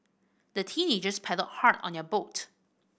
the teenagers paddled hard on your boat